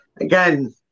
Again